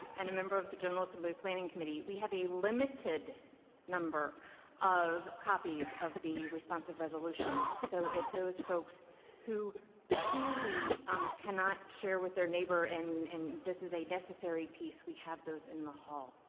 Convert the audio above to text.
and a member of the general assembly's planning committee. we have a limited number of copies of the responsive resolutions, so if those folks who truly um cannot share with their neighbor and this is a necessary piece, we have those in the hall.